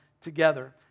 together